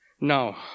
Now